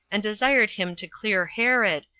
and desired him to clear herod,